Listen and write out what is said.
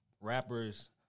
rappers